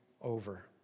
over